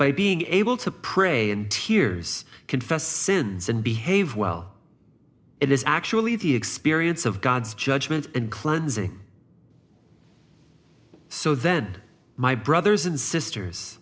by being able to pray in tears confess sins and behave well it is actually the experience of god's judgment and cleansing so then my brothers and sisters